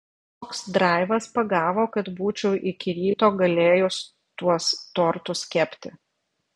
toks draivas pagavo kad būčiau iki ryto galėjus tuos tortus kepti